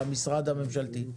למשרד הממשלתי.